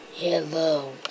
Hello